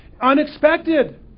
unexpected